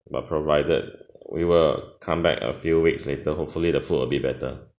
but provided we will come back a few weeks later hopefully the food will be better